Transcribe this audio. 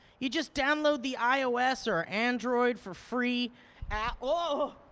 you just download the ios or android for free at oh!